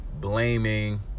blaming